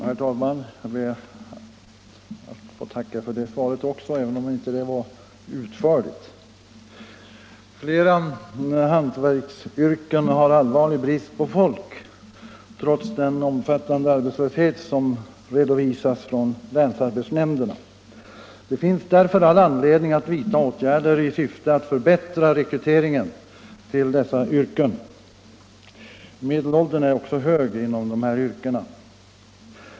Herr talman! Jag ber att få tacka även för det svaret, även om det inte var utförligt. Flera hantverksyrken har allvarlig brist på folk, trots den omfattande arbetslöshet som redovisas av länsarbetsnämnderna. Det finns därför all anledning att vidta åtgärder i syfte att förbättra rekryteringen till dessa yrken, där medelåldern också är hög.